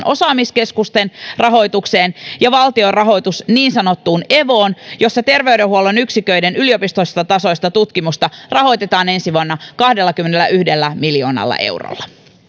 osaamiskeskusten rahoitukseen ja valtion rahoituksesta niin sanottuun evoon jossa terveydenhuollon yksiköiden yliopistotasoista tutkimusta rahoitetaan ensi vuonna kahdellakymmenelläyhdellä miljoonalla eurolla